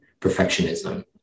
perfectionism